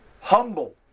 humble